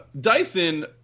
Dyson